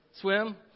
swim